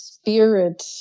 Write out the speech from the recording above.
spirit